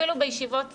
אפילו בישיבות סיעה,